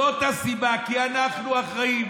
זאת הסיבה, כי אנחנו אחראים.